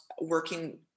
working